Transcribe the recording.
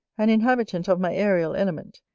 an inhabitant of my aerial element,